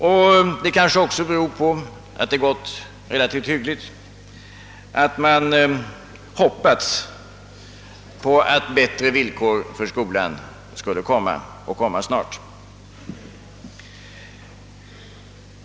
Att det gått relativt hyggligt kanske också beror på att man hoppats att bättre villkor för skolan snart skulle inträda.